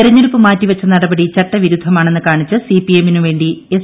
തെരഞ്ഞെടുപ്പ് മാറ്റി വച്ച നടപടി ചട്ടവിരുദ്ധമാണെന്നു കാണിച്ചു സിപിഎമ്മിനു വേണ്ടി എസ്